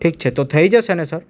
ઠીક છે તો થઈ જશે ને સર